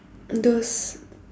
those